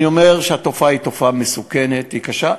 אני אומר שהתופעה היא תופעה מסוכנת, היא קשה.